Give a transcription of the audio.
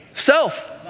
self